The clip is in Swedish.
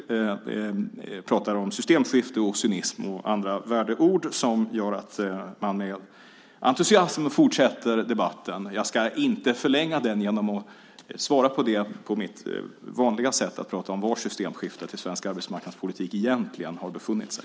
Han talar om systemskifte, cynism och använder andra värdeord som gör att man med entusiasm fortsätter debatten. Jag ska inte förlänga den genom att svara på det på mitt vanliga sätt, genom att tala om vårt systemskifte mot vad svensk arbetsmarknadspolitik egentligen har befunnit sig.